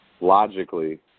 logically